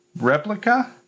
Replica